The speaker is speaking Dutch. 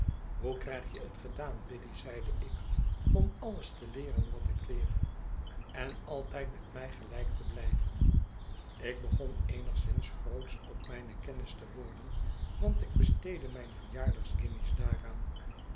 hoe krijg je het gedaan biddy zeide ik om alles te leeren wat ik leer en altijd met mij gelijk te blij ven ik begon eenigszins grootsch op mijne kennis te worden want ik besteedde mijne verjaringsguinjes daaraan